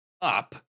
up